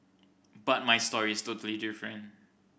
but my story is totally different